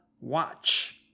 watch